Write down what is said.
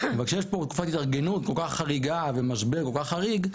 אבל כשיש פה תקופת התארגנות כל כך חריגה ומשבר כל כך חריג,